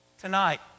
Tonight